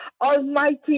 almighty